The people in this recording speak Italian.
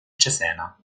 cesena